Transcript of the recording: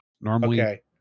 Normally